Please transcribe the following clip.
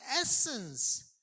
essence